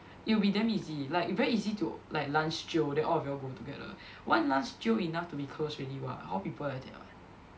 it will be damn easy like very easy to like lunch jio then all of y'all go together one lunch jio enough to be close already [what] hall people like that [what]